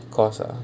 cost ah